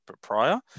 prior